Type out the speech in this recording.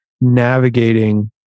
navigating